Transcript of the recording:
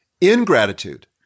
Ingratitude